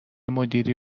مدیری